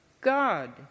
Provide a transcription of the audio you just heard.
God